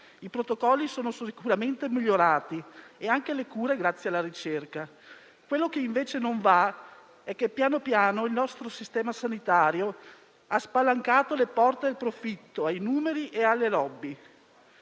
I protocolli sono sicuramente migliorati e anche le cure, grazie alla ricerca. Quello che invece non va è che piano piano il nostro sistema sanitario ha spalancato le porte al profitto, ai numeri e alle *lobby*.